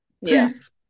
yes